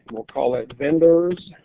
we'll call it vendors